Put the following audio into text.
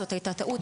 זו היתה טעות.